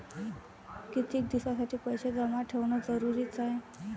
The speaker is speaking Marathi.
कितीक दिसासाठी पैसे जमा ठेवणं जरुरीच हाय?